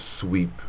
sweep